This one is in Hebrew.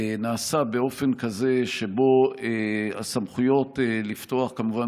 נעשה באופן כזה שבו הסמכויות לפתוח כמובן